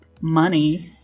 money